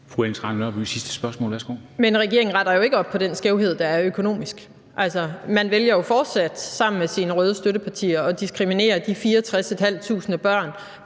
Men regeringen retter jo ikke op på den skævhed, der er økonomisk. Man vælger jo fortsat sammen med sine røde støttepartier at diskriminere de 64.500 børn,